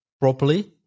properly